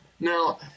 Now